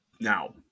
Now